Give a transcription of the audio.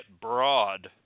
broad